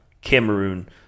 Cameroon